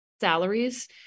salaries